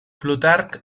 plutarc